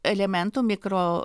elementų mikro